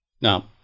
Now